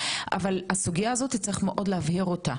אבל הסוגייה הזאת צריך מאוד להבהיר אותה.